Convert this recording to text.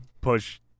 push